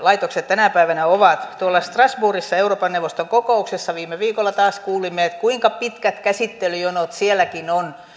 tänä päivänä on tuolla strasbourgissa euroopan neuvoston kokouksessa viime viikolla taas kuulimme kuinka pitkät käsittelyjonot sielläkin